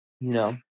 No